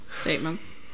statements